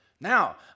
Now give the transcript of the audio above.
Now